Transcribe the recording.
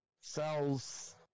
cells